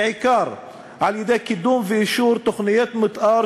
בעיקר על-ידי קידום ואישור תוכניות מתאר